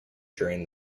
during